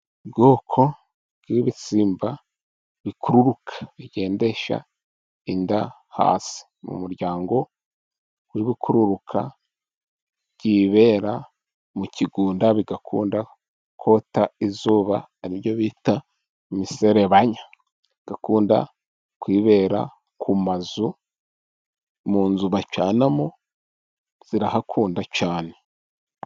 Ubwoko bw'ibisimba bikururuka bigendesha inda hasi, mu muryango w'ibikururuka byibera mu kigunda, bikunda kota izuba aribyo bita imiserebanya, bikunda kwibera ku mazu, mu nzu bacanamo birahakunda cyane.